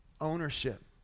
ownership